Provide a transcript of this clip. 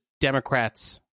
Democrats